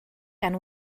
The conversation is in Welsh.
gan